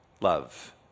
love